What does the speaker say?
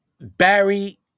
Barry